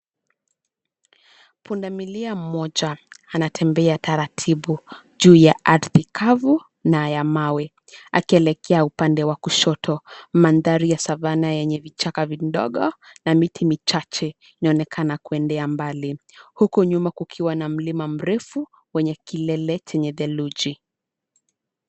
Pundamilia mmoja anatembea taratibu juu ya ardhi kavu na ya mawe akielekea upande wa kushoto. Mandhari ya Savanna yenye vichaka vidogo na miti michache inaonekana kuendea mbali huku nyuma kukiwa na mlima mrefu wenye kilele chenye theluji.